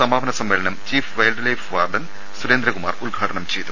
സമാപന സമ്മേ ളനം chief wildlife warden Surendrakumar ഉദ്ഘാടനം ചെയ്തു